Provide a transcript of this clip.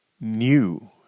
new